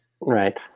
Right